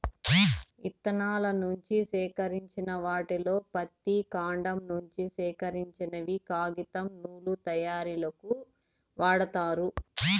ఇత్తనాల నుంచి సేకరించిన వాటిలో పత్తి, కాండం నుంచి సేకరించినవి కాగితం, నూలు తయారీకు వాడతారు